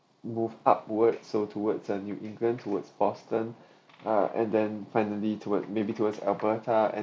move upward so towards the new england towards boston ah and then finally towards maybe towards albertha and